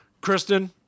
Kristen